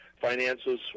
Finances